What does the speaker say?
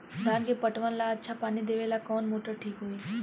धान के पटवन ला अच्छा पानी देवे वाला कवन मोटर ठीक होई?